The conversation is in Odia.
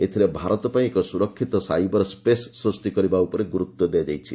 ଏଥିରେ ଭାରତ ପାଇଁ ଏକ ସୁରକ୍ଷିତ ସାଇବର ସ୍ବେଶ ସୃଷ୍ଟି କରିବା ଉପରେ ଗୁରୁତ୍ୱ ଦିଆଯାଇଛି